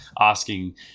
asking